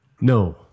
No